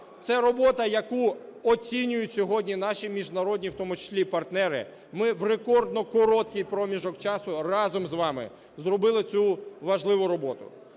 Це робота, яку оцінюють сьогодні наші міжнародні в тому числі партнери. Ми в рекордно короткий проміжок часу разом з вами зробили цю важливу роботу.